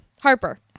Harper